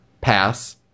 pass